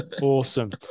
Awesome